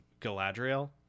galadriel